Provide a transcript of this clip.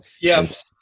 yes